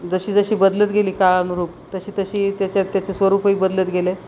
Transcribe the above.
जशी जशी बदलत गेली काळानुरूप तशी तशी त्याच्यात त्याचे स्वरूपही बदलत गेले